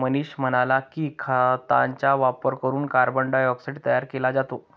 मनीषा म्हणाल्या की, खतांचा वापर करून कार्बन डायऑक्साईड तयार केला जातो